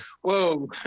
whoa